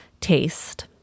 taste